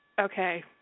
okay